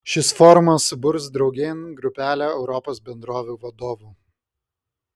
šis forumas suburs draugėn grupelę europos bendrovių vadovų